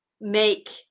make